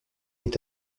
est